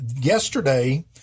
yesterday